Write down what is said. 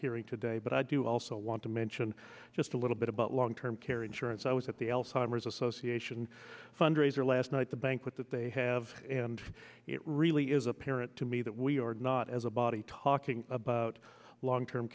hearing today but i do also want to mention just a little bit about long term care insurance i was at the alzheimer's association fundraiser last night the banquet that they have and it really is apparent to me that we are not as a body talking about long term